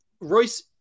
Royce